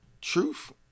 Truth